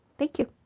thank you.